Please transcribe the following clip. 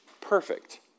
perfect